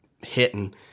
hitting